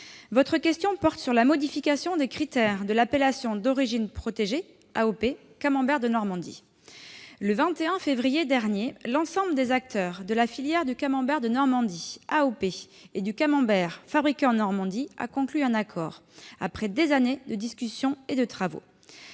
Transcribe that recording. Votre question porte sur la modification des critères de l'appellation d'origine protégée- AOP -camembert de Normandie. Le 21 février dernier, l'ensemble des acteurs de la filière du camembert de Normandie AOP et du camembert « fabriqué en Normandie » a conclu un accord, après des années de discussions et de travaux.